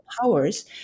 powers